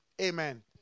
Amen